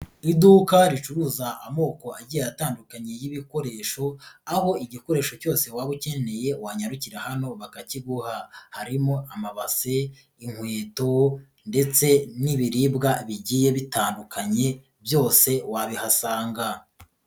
AIuka ricuruza amoko agiye atandukanye y'ibikoresho, aho igikoresho cyose waba ukeneye wanyarukira hano bakakiguha. Harimo amabase, inkweto, ndetse n'ibiribwa bigiye bitandukanye byose wabihasanga.